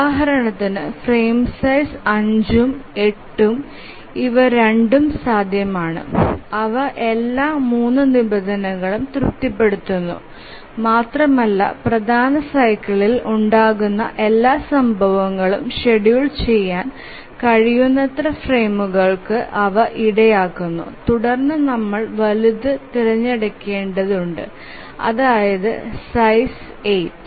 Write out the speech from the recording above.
ഉദാഹരണത്തിന് frame size 5 ഉം 8 ഉം ഇവ രണ്ടും സാധ്യമാണ് അവ എല്ലാ 3 നിബന്ധനകളും തൃപ്തിപ്പെടുത്തുന്നു മാത്രമല്ല പ്രധാന സൈക്കിളിയിൽ ഉണ്ടാകുന്ന എല്ലാ സംഭവങ്ങളും ഷെഡ്യൂൾ ചെയ്യാൻ കഴിയുന്നത്ര ഫ്രെയിമുകൾക്ക് അവ ഇടയാക്കുന്നു തുടർന്ന് നമ്മൾ വലുത് തിരഞ്ഞെടുക്കേണ്ടതുണ്ട് അതായത് സൈസ് 8